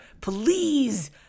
Please